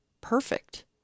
Perfect